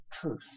truth